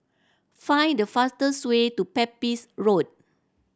find the fastest way to Pepys Road